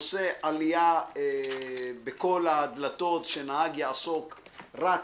נושא עליה בכל הדלתות שנהג יעסוק רק,